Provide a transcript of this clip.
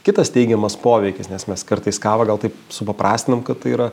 kitas teigiamas poveikis nes mes kartais kavą gal taip supaprastinanam kad tai yra